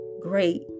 great